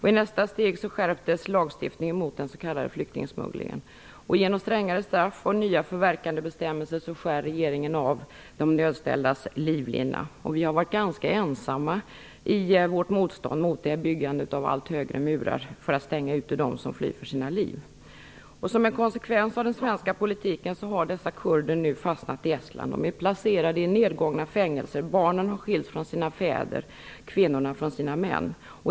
I nästa steg skärptes lagstiftningen mot den s.k. flyktingsmugglingen. Genom strängare straff och nya förverkandebestämmelser skär regeringen av de nödställdas livlina. Vi har varit ganska ensamma i vårt motstånd mot byggandet av allt högre murar för att stänga ute dem som flyr för sina liv. Som en konsekvens av den svenska politiken har dessa kurder nu fastnat i Estland. De är placerade i nergångna fängelser. Barnen har skilts från sina fäder, kvinnorna från sina män.